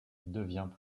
devient